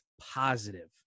positive